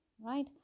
right